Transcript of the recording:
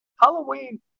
Halloween